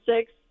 six